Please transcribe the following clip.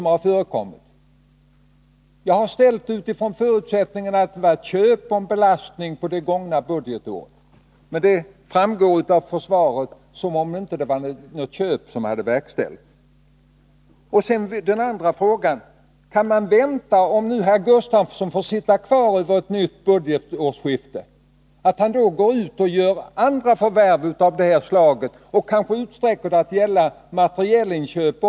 Jag har ställt min ursprungliga fråga till försvarsministern utifrån den förutsättningen att det var fråga om köp och en belastning på det gångna budgetåret, men det förefaller av svaret som om inte något köp verkställts Min andra fråga är: Kan man vänta att herr Gustafsson, om han får sitta kvar över ett nytt budgetårsskifte, går ut och gör andra förvärv av det här slaget och kanske utsträcker sina inköp till att även gälla materiel?